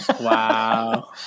Wow